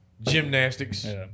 Gymnastics